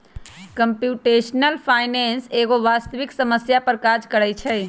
computational finance एगो वास्तविक समस्या पर काज करइ छै